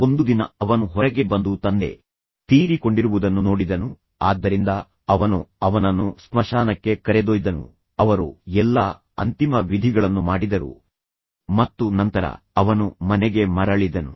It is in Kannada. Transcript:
ಒಂದು ದಿನ ಅವನು ಹೊರಗೆ ಬಂದು ತಂದೆ ತೀರಿಕೊಂಡಿರುವುದನ್ನು ನೋಡಿದನು ಆದ್ದರಿಂದ ಅವನು ಅವನನ್ನು ಸ್ಮಶಾನಕ್ಕೆ ಕರೆದೊಯ್ದನು ಅವರು ಎಲ್ಲಾ ಅಂತಿಮ ವಿಧಿಗಳನ್ನು ಮಾಡಿದರು ಮತ್ತು ನಂತರ ಅವನು ಮನೆಗೆ ಮರಳಿದನು